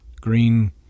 green